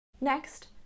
Next